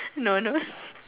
no no